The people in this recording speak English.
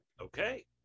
Okay